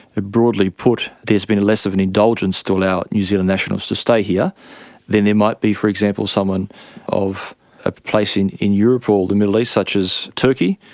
ah broadly put, there has been less of an indulgence to allow new zealand nationals to stay here than there might be, for example, someone of a place in in europe or the middle east, such as turkey.